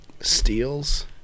steals